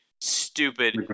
stupid